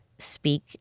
Speak